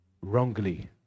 wrongly